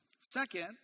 Second